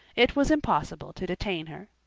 it was impossible to detain her.